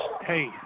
hey